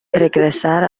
regresar